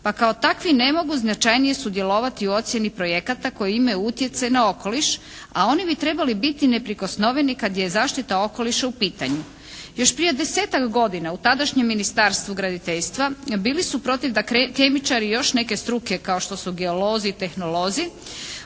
pa kao takvi ne mogu značajnije sudjelovati u ocjeni projekata koji imaju utjecaj na okoliš, a oni bi trebali biti neprikosnoveni kad je zaštita okoliša u pitanju. Još prije 10-ak godina u tadašnjem Ministarstvu graditeljstva bili su protiv da kemičari i još neke struke kao što su geolozi, tehnolozi,